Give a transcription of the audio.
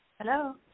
Hello